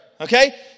okay